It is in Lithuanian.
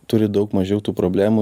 turi daug mažiau tų problemų